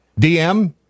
DM